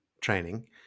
training